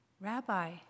Rabbi